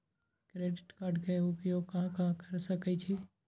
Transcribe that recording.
Credit card के उपयोग कहां कहां कर सकईछी?